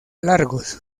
largos